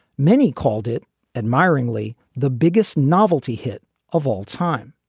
many called it admiringly the biggest novelty hit of all time.